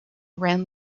ran